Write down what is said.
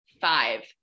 Five